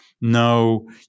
No